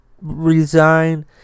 resign